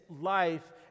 life